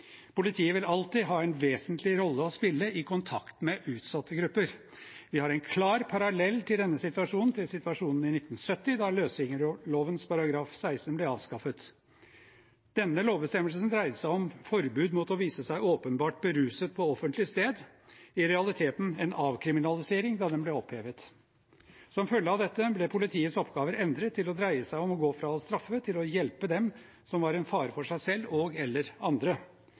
Politiet vil alltid ha en vesentlig rolle å spille i kontakt med utsatte grupper. Vi har en klar parallell til denne situasjonen i situasjonen i 1970, da løsgjengerloven § 16 ble avskaffet. Den lovbestemmelsen dreide seg om forbud mot å vise seg åpenbart beruset på offentlig sted – i realiteten en avkriminalisering da den ble opphevet. Som følge av dette ble politiets oppgaver endret til å dreie seg om å gå fra å straffe til å hjelpe dem som var en fare for seg selv og/eller andre,